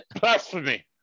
Blasphemy